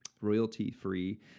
royalty-free